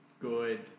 Good